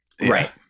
Right